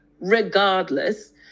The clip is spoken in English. regardless